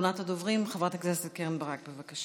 אחרונת הדוברים, חברת הכנסת קרן ברק, בבקשה.